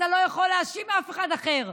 אתה לא יכול להאשים אף אחד אחר,